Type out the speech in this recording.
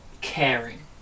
caring